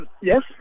Yes